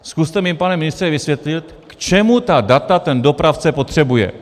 Zkuste mi, pane ministře, vysvětlit, k čemu ta data ten dopravce potřebuje.